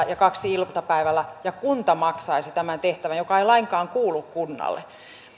ja kaksi iltapäivällä ja kunta maksaisi tämän tehtävän joka ei lainkaan kuulu kunnalle